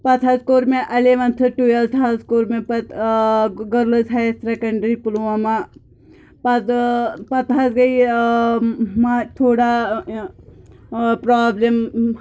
پتہٕ حظ کوٚر مےٚ الیٚونتھہٕ ٹُویٚلتھہٕ حظ کوٚر مےٚ پتہٕ ٲں گٔرلٕز ہایر سیٚکنٛڈری پُلوامہ پتہٕ ٲں پتہٕ حظ گٔے ٲں تھوڑا ٲں پرٛابلِم